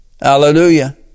Hallelujah